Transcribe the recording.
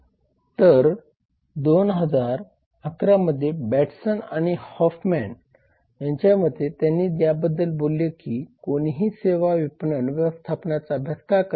तर 2011 मध्ये बेटसन आणि हॉफमन यांच्या मते त्यांनी याबद्दल बोलले की कोणीही सेवा विपणन व्यवस्थापनाचा अभ्यास का करावा